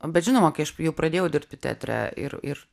bet žinoma kai aš jau pradėjau dirbti teatre ir ir